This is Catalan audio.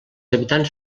habitants